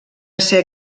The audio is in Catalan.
ser